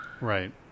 Right